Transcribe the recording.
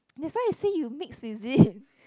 that's why you see you mix is it